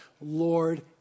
Lord